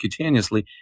subcutaneously